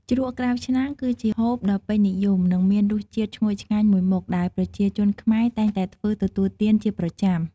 ជ្រក់ក្រៅឆ្នាំងគឺជាម្ហូបដ៏ពេញនិយម និងមានរសជាតិឈ្ងុយឆ្ងាញ់មួយមុខ ដែលប្រជាជនខ្មែរតែងតែធ្វើទទួលទានជាប្រចាំ។